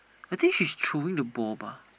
I think she's throwing the ball bah